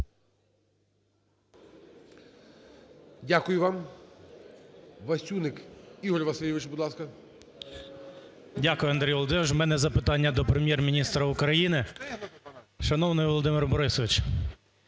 Дякую вам. Васюник Ігор Васильович, будь ласка. 10:46:50 ВАСЮНИК І.В. Дякую, Андрій Володимирович, В мене запитання до Прем'єр-міністра України. Шановний Володимир Борисович!